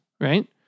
right